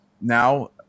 now